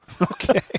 Okay